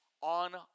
on